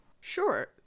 Sure